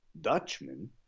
Dutchman